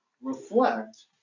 Reflect